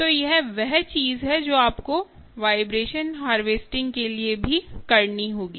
तो यह वह चीज है जो आपको वाइब्रेशन हार्वेस्टिंग के लिए भी करनी होगी